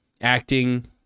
acting